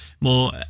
more